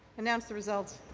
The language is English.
announce the result.